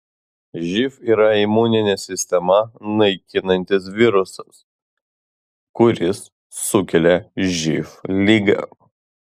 živ yra imuninę sistemą naikinantis virusas kuris sukelia živ ligą